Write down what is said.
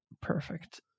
Perfect